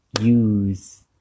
use